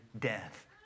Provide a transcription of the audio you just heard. death